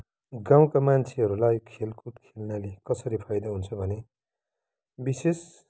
गाउँका मान्छेहर लाई खेलकुद खेल्नाले कसरी फाइदा हुन्छ भने विशेष